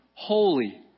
Holy